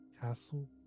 castle